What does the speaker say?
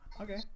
Okay